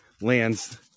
lands